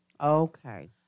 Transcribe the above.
Okay